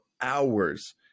hours